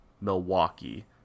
Milwaukee